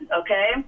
okay